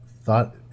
thought